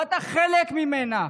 ואתה חלק ממנה.